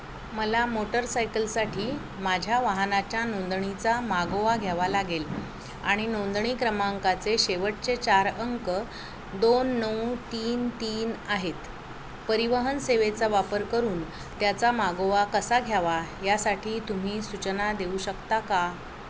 मला मोटरसायकलसाठी माझ्या वाहनाच्या नोंदणीचा मागोवा घ्यावा लागेल आणि नोंदणी क्रमांकाचे शेवटचे चार अंक दोन नऊ तीन तीन आहेत परिवहन सेवेचा वापर करून त्याचा मागोवा कसा घ्यावा यासाठी तुम्ही सूचना देऊ शकता का